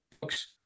books